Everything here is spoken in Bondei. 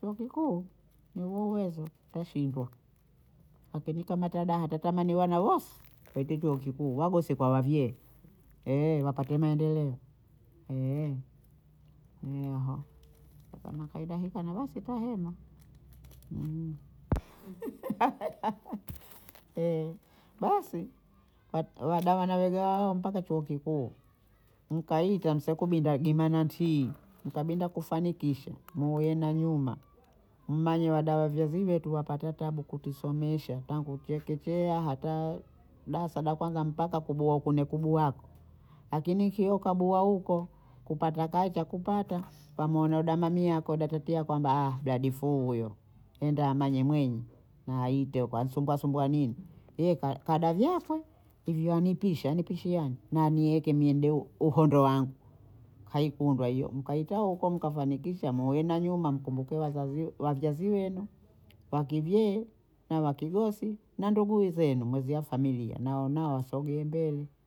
chuo kikuu ni huo uwezo twashindwa, akini kama tadaha twatamani wana wose waite chuo kikuu wagosi kwa wavyee wapate maendeleo eaho hapa nakaeda heka na basita hena basi wa- wada wana wenye hao mpaka chuo kikuu, nkaita sekubinda gima na ntii, mkabinda kufanikisha muwe na nyuma mmanye wada wavyee ziwetu wapate tabu kutisomesha tangu chekechea hata daasa da kwanza mpaka nkubuhako nkubuhako akini sio kabuha huko kupata kazi cha kupata kamwona dama mi ako datetea kwamba bladifuu huyo enda amanye mwenye na aite huko asumbua sumbua nini ye ka- kada vyafo hivyo anipisha anipishiani na anieke mie ndo u- uhondo wangu kaikundwa hiyo, mkaita huko mkafanikisha muwe na nyuma mkumbuke wazazi wavyazi wenu wakivyee na wakigosi na ndugu i zenu mwezea familia nahawa nao wasogee mbele